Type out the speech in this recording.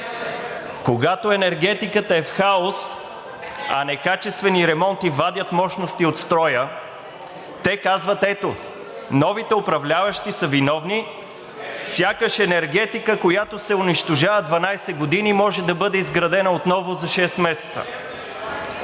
Когато енергетиката е в хаос, а некачествени ремонти вадят мощности от строя, те казват: ето новите управляващи са виновни, сякаш енергетика, която се унищожава 12 години, може да бъде изградена отново за шест месеца.